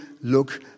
look